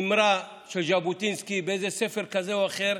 אמרה של ז'בוטינסקי באיזה ספר כזה או אחר: